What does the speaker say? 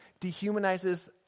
dehumanizes